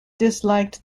disliked